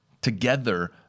together